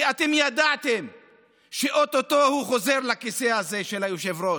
כי אתם ידעתם שאו-טו-טו הוא חוזר לכיסא הזה של היושב-ראש.